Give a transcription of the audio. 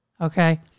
okay